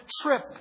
trip